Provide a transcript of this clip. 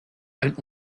ein